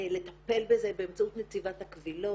לטפל בזה באמצעות נציבת הקבילות.